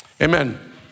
Amen